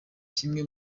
kimwe